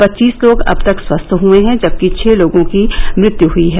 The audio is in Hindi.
पच्चीस लोग अब तक स्वस्थ हए हैं जबकि छह लोगों की मृत्य हई है